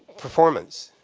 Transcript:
performance.